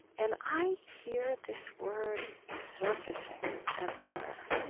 and i hear this word surfacing everywhere,